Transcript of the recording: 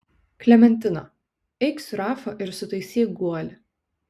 klementina eik su rafa ir sutaisyk guolį